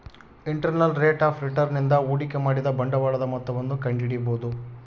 internal rate of return ನಿಂದ ಹೂಡಿಕೆ ಮಾಡಿದ ಬಂಡವಾಳದ ಮೊತ್ತವನ್ನು ಕಂಡಿಡಿಬೊದು